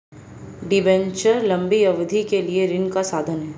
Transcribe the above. debenture लंबी अवधि के लिए ऋण का साधन है